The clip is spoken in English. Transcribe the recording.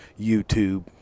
YouTube